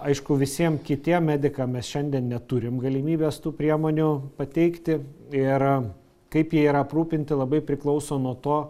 aišku visiem kitiem medikam mes šiandien neturim galimybės tų priemonių pateikti ir kaip jie yra aprūpinti labai priklauso nuo to